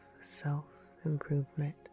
self-improvement